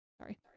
sorry